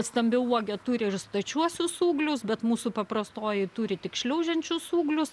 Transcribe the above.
stambiauogė turi ir stačiuosius ūglius bet mūsų paprastoji turi tik šliaužiančius ūglius